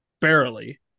barely